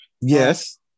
yes